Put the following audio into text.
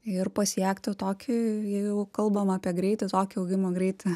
ir pasiekti tokį jei jau kalbam apie greitį tokio augimo greitį